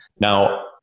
Now